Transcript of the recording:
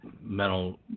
mental